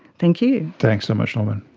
thank you. thanks so much norman.